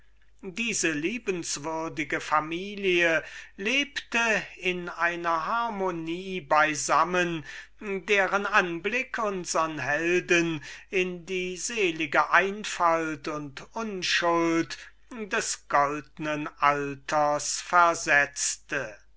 diese liebenswürdige familie lebte in einer harmonie beisammen deren anblick unsern helden in die selige einfalt und unschuld des goldnen alters